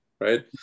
right